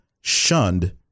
shunned